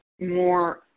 more